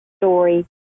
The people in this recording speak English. story